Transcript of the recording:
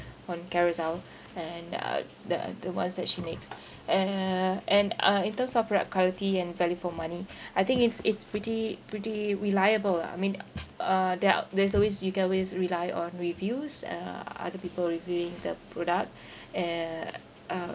on Carousell and uh the the ones that she makes uh and uh in terms of product quality and value for money I think it's it's pretty pretty reliable lah I mean uh there are there's always you can always rely on reviews uh other people reviewing the product uh uh